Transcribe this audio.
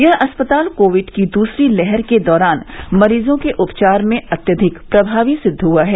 यह अस्पताल कोविड की दूसरी लहर के दौरान मरीजों के उपचार में अत्यधिक प्रभावी सिद्ध हुआ है